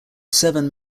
seven